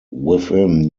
within